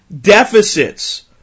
deficits